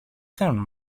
κάνουν